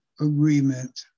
agreement